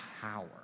power